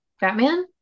Batman